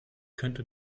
könnte